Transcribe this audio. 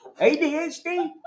ADHD